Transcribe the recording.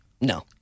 No